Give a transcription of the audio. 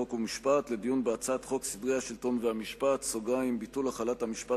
חוק ומשפט לדיון בהצעת חוק סדרי השלטון והמשפט (ביטול החלת המשפט,